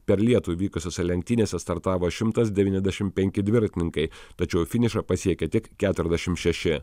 per lietų vykusiose lenktynėse startavo šimtas devyniasdešim penki dviratininkai tačiau finišą pasiekė tik keturiasdešim šeši